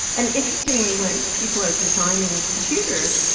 and interestingly when people are designing computers,